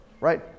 right